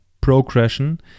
progression